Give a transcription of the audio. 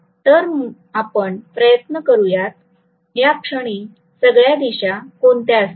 तर आपण प्रयत्न करूयात याक्षणी सगळ्या दिशा कोणत्या असतील